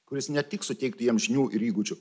kuris ne tik suteiktų jiem žinių ir įgūdžių